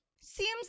Seems